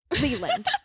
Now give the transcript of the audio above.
Leland